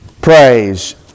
praise